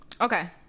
okay